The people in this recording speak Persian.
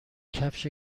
کفش